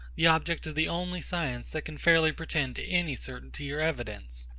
the object of the only science that can fairly pretend to any certainty or evidence.